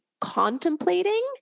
contemplating